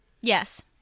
Yes